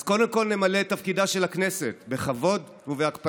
אז קודם כול נמלא את תפקידה של הכנסת בכבוד ובהקפדה,